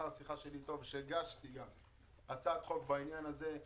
שיחה שלי איתו ושהגשתי גם הצעת חוק בעניין הזה,